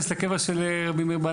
לקבר של רבי מאיר.